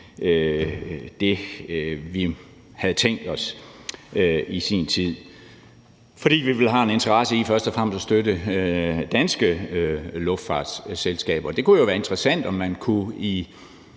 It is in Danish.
det, vi havde tænkt os i sin tid, fordi vi først og fremmest har en interesse i at støtte danske luftfartsselskaber. Det kunne jo være interessant, om man i